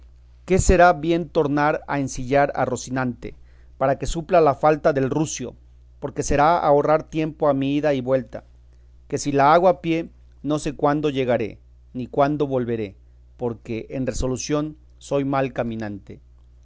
que será bien tornar a ensillar a rocinante para que supla la falta del rucio porque será ahorrar tiempo a mi ida y vuelta que si la hago a pie no sé cuándo llegaré ni cuándo volveré porque en resolución soy mal caminante